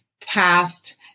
past